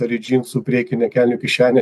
ar į džinsų priekinę kelnių kišenę